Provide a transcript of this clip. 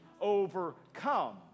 overcome